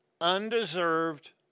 undeserved